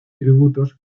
tributos